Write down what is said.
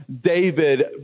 David